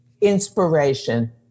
inspiration